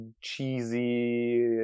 cheesy